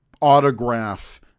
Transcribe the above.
autograph